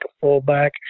fullback